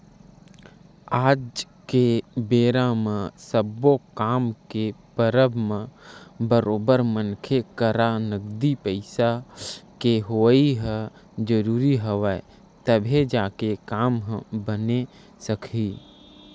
आज के बेरा म सब्बो काम के परब म बरोबर मनखे करा नगदी पइसा के होवई ह जरुरी हवय तभे जाके काम ह बने सकही